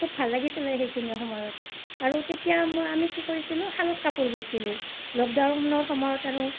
খুউব ভাল লাগিছিলে সেইখিনি সময়ত আৰু তেতিয়া মই আমি কি কৰিছিলোঁ শালত কাপোৰ বৈছিলোঁ লকডাউনৰ সময়ত আৰু